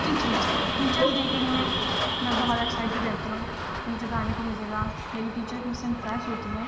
teachers day پر teachers day کے لیے میں بہت ایکسائٹڈ رہتی ہوں مجھے گانے کو ملے گا میری ٹیچر مجھ سے امپرس ہوتی ہیں